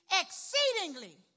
exceedingly